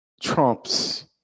Trump's